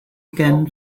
again